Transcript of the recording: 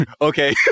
Okay